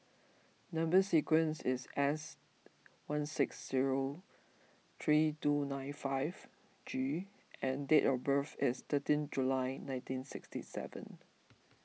Number Sequence is S one six zero three two nine five G and date of birth is thirteen July nineteen sixty seven